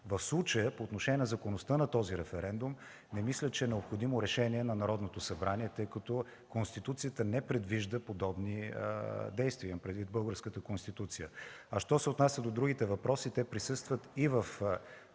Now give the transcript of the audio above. В случая, по отношение на законността на този референдум, не мисля, че е необходимо решение на Народното събрание, тъй като Конституцията не предвижда подобни действия, имам предвид българската Конституция. А що се отнася до другите въпроси, те присъстват и в